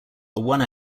one